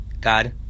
God